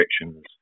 restrictions